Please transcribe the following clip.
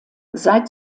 seit